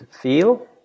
feel